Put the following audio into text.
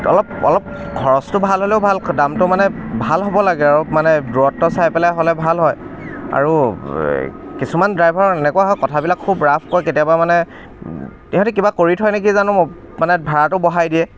অলপ অলপ খৰচটো ভাল হ'লেও ভাল দামটো মানে ভাল হ'ব লাগে আৰু মানে দূৰত্ব চাই পেলাই হ'লে ভাল হয় আৰু কিছুমান ড্ৰাইভাৰ এনেকুৱা হয় কথাবিলাক খুব ৰাফ কয় কেতিয়াবা মানে ইহঁতি কিবা কৰি থয় নেকি জানো মানে ভাড়াটো বঢ়াই দিয়ে